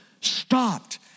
stopped